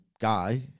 guy